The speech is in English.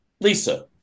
Lisa